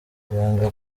yanga